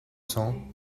cents